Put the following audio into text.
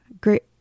great